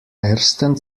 ersten